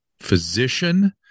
physician